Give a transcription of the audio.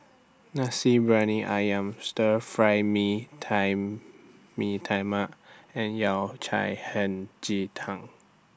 Nasi Briyani Ayam Stir Fry Mee Tai Mee Tai Mak and Yao Cai Hei Ji Tang